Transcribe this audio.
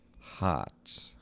hot